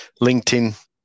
LinkedIn